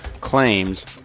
claims